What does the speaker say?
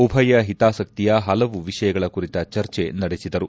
ಉಭಯ ಹಿತಾಸಕ್ತಿಯ ಹಲವು ವಿಷಯಗಳ ಕುರಿತ ಚರ್ಜೆ ನಡೆಸಿದರು